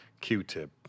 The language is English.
Q-Tip